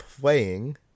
playing